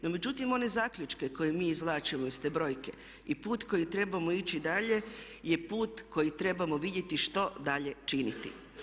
No međutim one zaključke koje mi izvlačimo iz te brojke i put kojim trebamo ići dalje je put kojim trebamo vidjeti što dalje činiti.